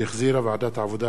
שהחזירה ועדת העבודה,